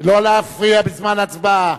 לא להפריע בזמן ההצבעה.